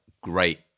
great